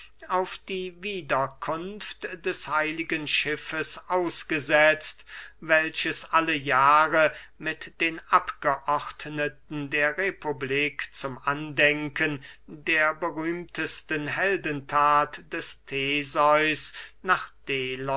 auf die wiederkunft des heiligen schiffes ausgesetzt welches alle jahre mit den abgeordneten der republik zum andenken der berühmtesten heldenthat des theseus nach